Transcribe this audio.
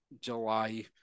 July